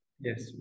Yes